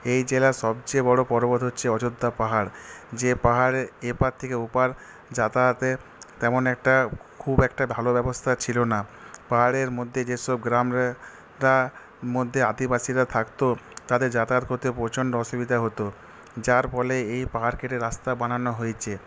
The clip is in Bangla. এই জেলার সবচেয়ে বড় পর্বত হচ্ছে অযোধ্যা পাহাড় যে পাহাড়ে এপার থেকে ওপার যাতায়াতে তেমন একটা খুব একটা ভালো ব্যবস্থা ছিল না পাহাড়ের মধ্যে যেসব গ্রামরা মধ্যে আদিবাসীরা থাকত তাদের যাতায়াত করতে প্রচন্ড অসুবিধা হতো যার ফলে এই পাহাড় কেটে রাস্তা বানানো হয়েছে